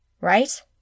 right